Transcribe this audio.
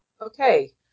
okay